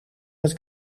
het